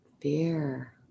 Fear